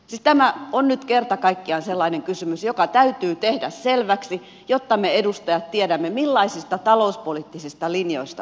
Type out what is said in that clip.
siis tämä on nyt kerta kaikkiaan sellainen kysymys joka täytyy tehdä selväksi jotta me edustajat tiedämme millaisista talouspoliittisista linjoista me puhumme